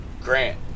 grant